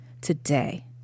today